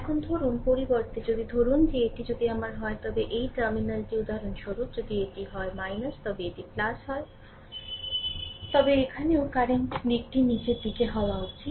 এখন ধরুন পরিবর্তে যদি ধরুন যে এটি যদি আমার হয় তবে এই টার্মিনালটি উদাহরণস্বরূপ যদি এটি হয় তবে এটি হয় তবে এখানেও কারেন্ট দিকটি নীচের দিকে হওয়া উচিত